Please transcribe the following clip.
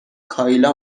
کایلا